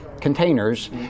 containers